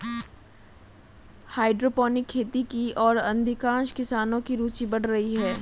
hydroponic खेती की ओर अधिकांश किसानों की रूचि बढ़ रही है